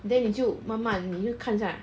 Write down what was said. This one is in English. then 你就慢慢你就看一下